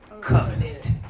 Covenant